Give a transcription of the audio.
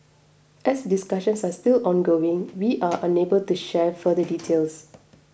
as discussions are still ongoing we are unable to share further details